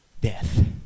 death